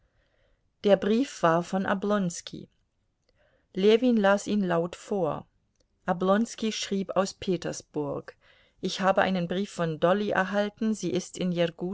der brief war von oblonski ljewin las ihn laut vor oblonski schrieb aus petersburg ich habe einen brief von dolly erhalten sie ist